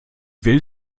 will